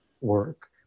work